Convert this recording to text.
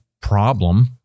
problem